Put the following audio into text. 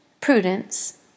prudence